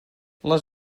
les